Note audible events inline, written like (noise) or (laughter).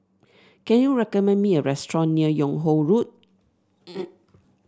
can you recommend me a restaurant near Yung Ho Road (noise)